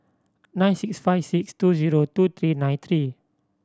nine six five six two zero two three nine three